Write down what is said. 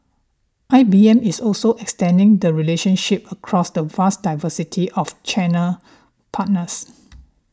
I B M is also extending the relationship across the vast diversity of channel partners